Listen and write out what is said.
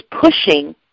pushing